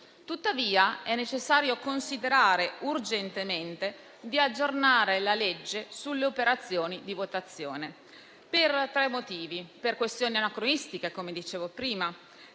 Tuttavia, è necessario considerare urgentemente di aggiornare la legge sulle operazioni di votazione per tre motivi: per questioni anacronistiche, come dicevo prima;